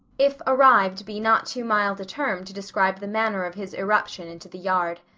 if arrived be not too mild a term to describe the manner of his irruption into the yard.